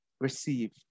receive